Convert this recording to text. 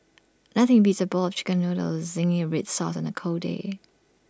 nothing beats A bowl of Chicken Noodles Zingy Red Sauce on A cold day